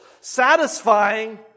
satisfying